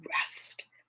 rest